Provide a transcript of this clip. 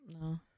No